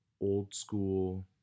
old-school